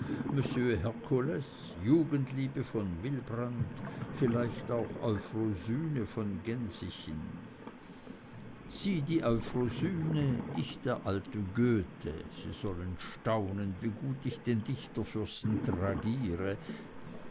herkules jugendliebe von wildbrandt vielleicht auch euphrosyne von gensichen sie die euphrosyne ich der alte goethe sie sollen staunen wie gut ich den dichterfürsten tragiere